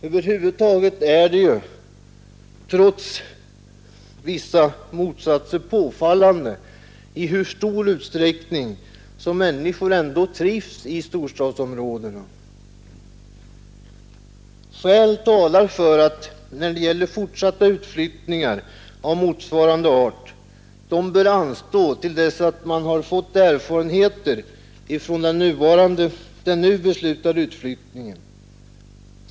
Över huvud taget är det trots vissa motsatser påfallande i vilken stor utsträckning människor trivs i storstadsområden. Skäl talar för att fortsatta utflyttningar av motsvarande art bör anstå till dess erfarenheter har vunnits av den nu beslutade utflyttningen.